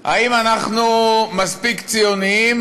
האם אנחנו מספיק ציונים?